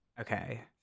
Okay